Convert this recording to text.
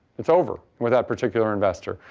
it's over with that particular investor.